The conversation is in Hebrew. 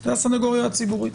זה הסנגוריה הציבורית.